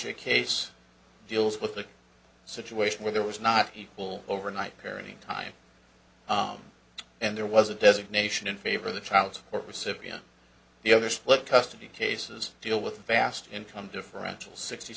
a case deals with the situation where there was not equal overnight parenting time and there was a designation in favor of the child support recipient the other split custody cases deal with vast income differential sixty